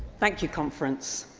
thank you, conference.